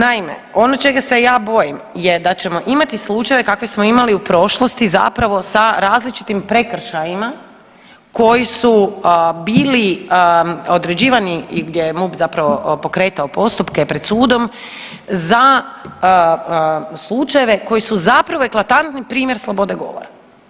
Naime, ono čega se ja bojim je da ćemo imati slučajeve kakve smo imali u prošlosti, zapravo sa različitim prekršajima koji su bili određivani i gdje je MUP zapravo pokretao postupke pred sudom za slučajeve koji su zapravo eklatantan primjer slobode govora.